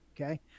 okay